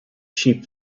sheep